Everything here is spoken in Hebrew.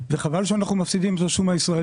וחבל שאנחנו מפסידים את השום הישראלי.